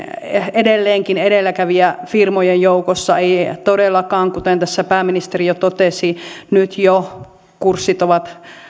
edelleenkin edelläkävijäfirmojen joukossa ei ei todellakaan kuten tässä pääministeri jo totesi nyt jo kurssit ovat